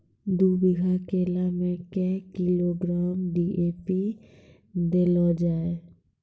दू बीघा केला मैं क्या किलोग्राम डी.ए.पी देले जाय?